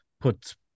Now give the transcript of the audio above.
put